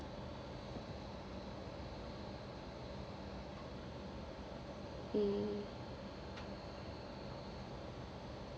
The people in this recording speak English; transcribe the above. mm